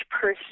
person